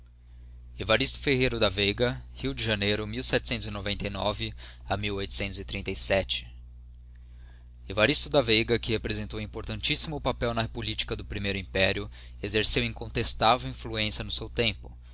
evaristo ferreira da veiga rio de janeiro e a evaristo da veiga que representou importantisslmo papel na politica do primeiro império exerceu incontestável influencia no seu tempo